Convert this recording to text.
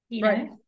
Right